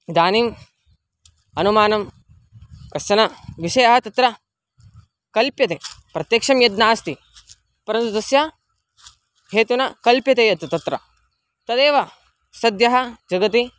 इदानीम् अनुमानं कश्चन विषयः तत्र कल्प्यते प्रत्यक्षं यत् नास्ति परन्तु तस्य हेतुः न कल्प्यते यत् तत्र तदेव सद्यः जगति